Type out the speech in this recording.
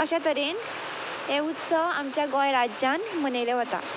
अशे तरेन हे उत्सव आमच्या गोंय राज्यांत मनयले वता